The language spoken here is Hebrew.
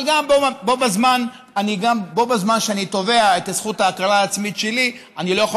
אבל בו בזמן שאני תובע את זכות ההכרה העצמית שלי אני לא יכול